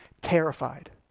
terrified